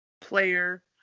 player